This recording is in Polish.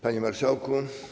Panie Marszałku!